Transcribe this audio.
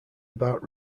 about